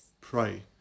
pray